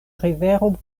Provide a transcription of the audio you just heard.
rivero